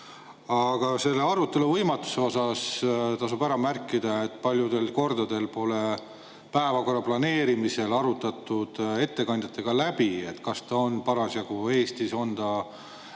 Aga selle arutelu võimatuse kohta tasub märkida, et paljudel kordadel pole päevakorra planeerimisel arutatud ettekandjaga läbi, kas ta on parasjagu Eestis või on ta